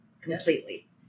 Completely